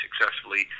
successfully